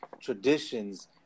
traditions